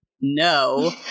no